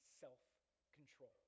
self-control